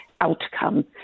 outcome